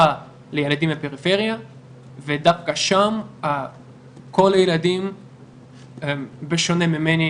לילדים בפריפריה ודווקא שם כל הילדים בשונה ממני